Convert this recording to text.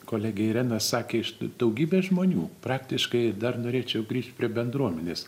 kolegė irena sakė iš daugybę žmonių praktiškai dar norėčiau grįžt prie bendruomenės